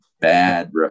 bad